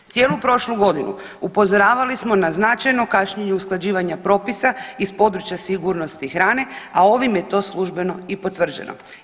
Cijelu prošlu godinu upozoravali smo na značajno kašnjenje usklađivanja propisa iz područja sigurnosti hrane, a ovim je to službeno i potvrđeno.